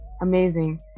amazing